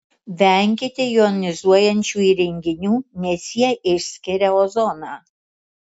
venkite jonizuojančių įrenginių nes jie išskiria ozoną